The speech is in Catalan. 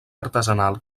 artesanal